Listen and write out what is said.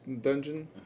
dungeon